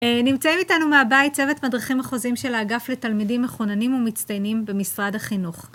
נמצאים איתנו מהבית צוות מדרכים אחוזים של האגף לתלמידים מחוננים ומצטיינים במשרד החינוך.